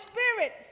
Spirit